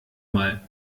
mal